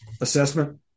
assessment